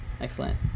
excellent